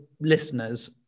listeners